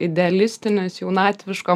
idealistinis jaunatviško